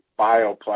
bioplastics